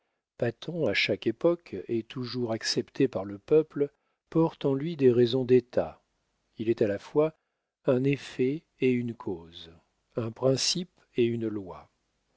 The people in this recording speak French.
fait patent à chaque époque et toujours accepté par le peuple porte en lui des raisons d'état il est à la fois un effet et une cause un principe et une loi